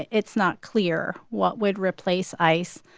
it's not clear what would replace ice.